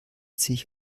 sich